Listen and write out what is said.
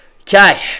Okay